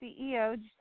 CEO